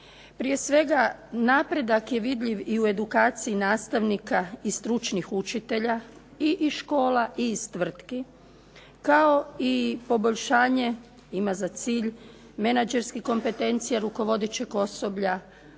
Prije svega napredak je vidljiv i u edukaciji nastavnika i stručnih učitelja, i iz škola i iz tvrtki kao i poboljšanje ima za cilj menadžerski kompetencije rukovodećeg osoblja